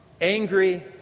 Angry